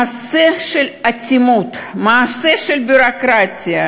מעשה של אטימות, מעשה של ביורוקרטיה,